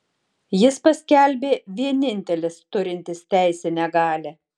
jis paskelbė vienintelis turintis teisinę galią